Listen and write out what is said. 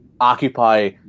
occupy